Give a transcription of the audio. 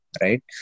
right